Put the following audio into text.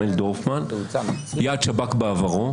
יעד שב"כ בעברו,